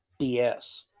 BS